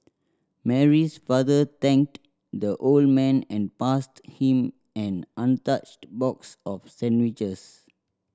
Mary's father thanked the old man and passed him an untouched box of sandwiches